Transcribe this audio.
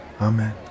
Amen